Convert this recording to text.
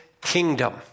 kingdom